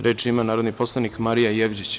Reč ima narodni poslanik Marija Jevđić.